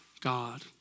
God